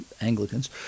anglicans